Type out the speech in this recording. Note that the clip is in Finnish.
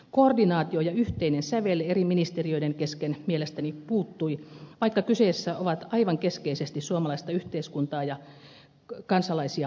koordinaatio ja yhteinen sävel eri ministeriöiden kesken mielestäni puuttui vaikka kyseessä ovat aivan keskeisesti suomalaista yhteiskuntaa ja kansalaisia koskevat uudistukset